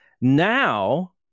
Now